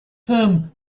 term